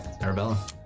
Arabella